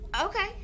Okay